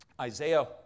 Isaiah